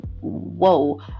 whoa